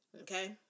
Okay